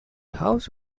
house